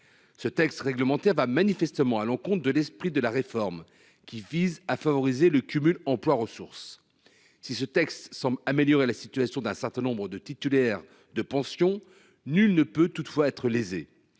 Ce texte réglementaire va manifestement à l'encontre de l'esprit de la réforme qui vise à favoriser le cumul emploi-ressources. Si ce texte semble améliorer la situation d'un certain nombre de titulaires de pensions. Nul ne peut toutefois être lésés.